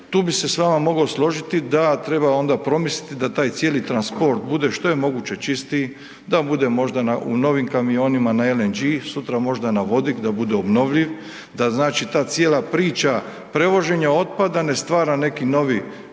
Tu bi se s vama mogao složiti da treba onda promisliti da taj cijeli transport bude, što je moguće čistiji, da bude možda u novim kamionima na LNG, sutra možda na vodik, da bude obnovljiv, da znači ta cijela priča prevoženja otpada ne stvara neki novi